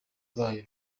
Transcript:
bayo